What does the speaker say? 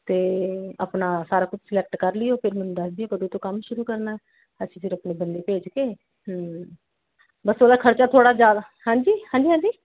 ਅਤੇ ਆਪਣਾ ਸਾਰਾ ਕੁਛ ਸਿਲੈਕਟ ਕਰ ਲਿਓ ਫਿਰ ਮੈਨੂੰ ਦੱਸ ਦਿਓ ਕਦੋਂ ਤੋਂ ਕੰਮ ਸ਼ੁਰੂ ਕਰਨਾ ਅਸੀਂ ਫਿਰ ਆਪਣੇ ਬੰਦੇ ਭੇਜ ਕੇ ਹੂੰ ਬਸ ਉਹਦਾ ਖ਼ਰਚਾ ਥੋੜ੍ਹਾ ਜ਼ਿਆਦਾ ਹਾਂਜੀ ਹਾਂਜੀ ਹਾਂਜੀ